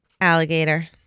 Alligator